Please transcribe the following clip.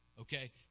okay